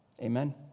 Amen